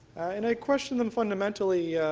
and i questioned them fundamentally,